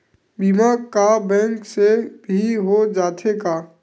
बीमा का बैंक से भी हो जाथे का?